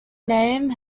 name